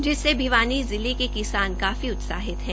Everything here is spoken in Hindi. जिससे भिवानी जिला के किसान काफी उत्साहित है